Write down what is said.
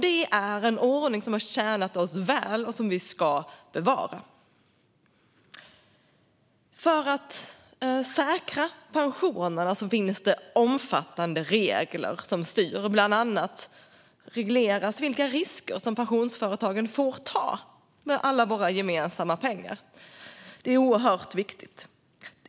Det är en ordning som har tjänat oss väl och som vi ska bevara. För att säkra pensionerna finns det omfattande regler som styr. Bland annat regleras vilka risker som pensionsföretagen får ta med alla våra gemensamma pengar. Det är oerhört viktigt.